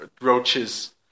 roaches